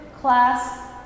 class